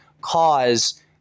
cause